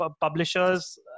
publishers